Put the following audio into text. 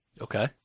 Okay